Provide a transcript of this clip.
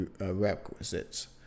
requisites